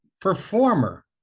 performer